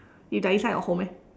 if they are inside your home eh